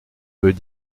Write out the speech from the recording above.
veut